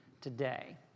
today